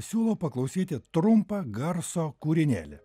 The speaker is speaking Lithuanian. siūlau paklausyti trumpą garso kūrinėlį